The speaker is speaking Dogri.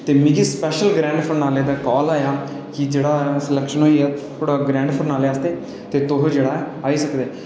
ते मिगी स्पेशल ग्रैंड फिनाले दा काॅल आया कि जेह्ड़ा सिलैक्शन होई गेआ थुआढ़ा ग्रैंड फिनाले आस्तै